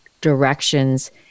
directions